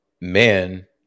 man